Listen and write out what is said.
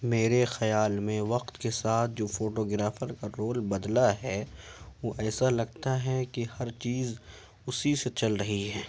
میرے خیال میں وقت کے ساتھ جو فوٹو گرافر کا رول بدلہ ہے وہ ایسا لگتا ہے کہ ہر چیز اسی سے چل رہی ہے